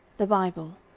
the bible,